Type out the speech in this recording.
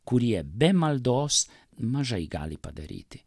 kurie be maldos mažai gali padaryti